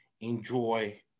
enjoy